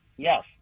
Yes